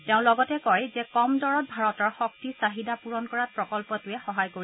তেওঁ লগতে কয় যে কম দৰত ভাৰতৰ শক্তি চাহিদা পুৰণ কৰাত প্ৰকল্পটোৱে সহায় কৰিব